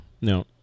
no